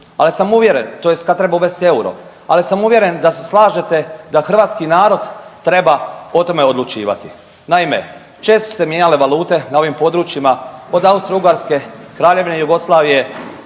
ali sam uvjeren, tj. kad treba uvesti euro, ali sam uvjeren da se slažete da hrvatski narod treba o tome odlučivati. Naime, često su se mijenjale valute na ovim područjima od Austro-Ugarske, Kraljevine Jugoslavije,